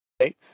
okay